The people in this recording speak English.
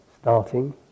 starting